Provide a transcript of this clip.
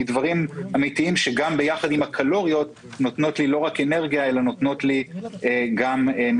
מדברים אמיתיים שביחד עם הקלוריות נותנים לו לא רק אנרגיה